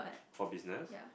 for business